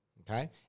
Okay